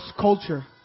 Culture